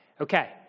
Okay